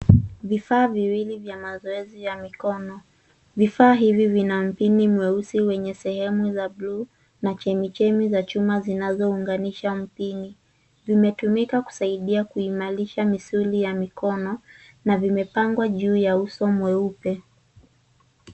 Vifaa viwili vya mazoezi ya mikono vifaa hivi vina mpini mweusi wenye sehemu za bluu na chemchemi za chuma zinazounganisha mpini. Vimetumika kusaidia kuimarisha misuli ya mikono, na vimepangwa juu ya uso mweupe.